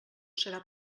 serà